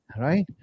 right